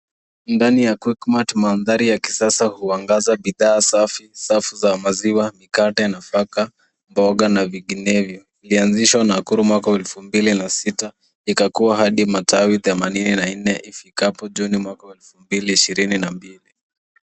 Ndani ya Quickmart. Mandhari ya kisasa huangaza bidhaa safi. Safu za maziwa, mkate, nafaka, mboga na vinginevyo. Ilianzishwa Nakuru mwaka wa 2006, ikakuwa hadi matawi themanini na nne ifikapoa juni mwaka wa 2022.